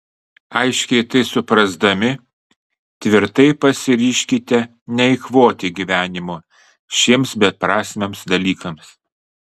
aiškiai tai suprasdami tvirtai pasiryžkite neeikvoti gyvenimo šiems beprasmiams dalykams